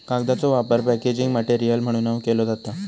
कागदाचो वापर packaging material म्हणूनव केलो जाता